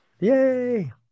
Yay